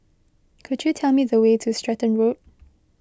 could you tell me the way to Stratton Road